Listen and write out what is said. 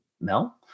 Mel